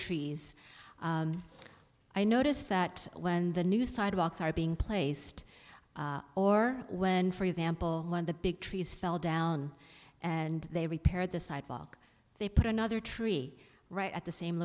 trees i notice that when the new sidewalks are being placed or when for example when the big trees fell down and they repaired the sidewalk they put another tree right at the same